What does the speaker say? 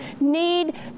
need